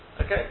okay